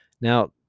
Now